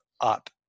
up